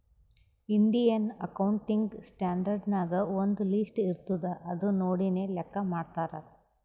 Indian accounting standard ನಾಗ್ ಒಂದ್ list ಇರ್ತುದ್ ಅದು ನೋಡಿನೇ ಲೆಕ್ಕಾ ಮಾಡ್ತಾರ್